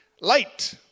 Light